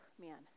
man